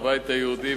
הבית היהודי,